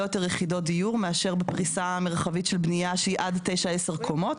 יותר יחידות דיור מאשר בפריסה מרחבית של בנייה שהיא עד תשע-עשר קומות.